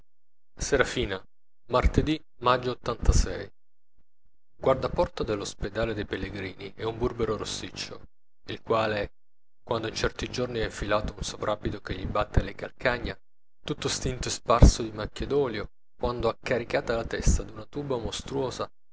serafina martedì maggio il guardaporta dello spedale dei pellegrini è un burbero rossiccio il quale quando in certi giorni ha infilato un soprabito che gli batte alle calcagna tutto stinto e sparso di macchie d'olio quando ha caricata la testa d'una tuba mostruosa